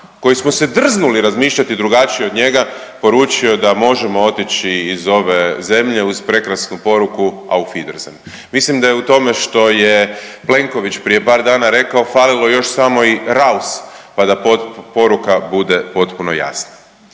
koji smo se drznuli razmišljati drugačije od njega poručio da možemo otići iz ove zemlje uz prekrasnu poruku aufwiedersehen. Mislim da je u tome što je Plenković prije par dana rekao falilo još samo i raus pa da poruka bude potpuno jasna.